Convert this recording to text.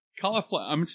Cauliflower